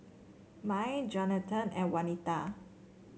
Mai Jonatan and Wanita